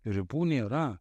ribų nėra